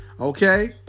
Okay